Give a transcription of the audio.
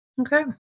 Okay